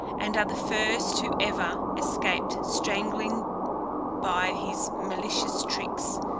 and are the first who ever escaped strangling by his malicious tricks.